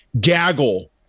gaggle